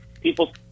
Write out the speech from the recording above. People